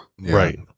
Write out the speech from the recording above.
Right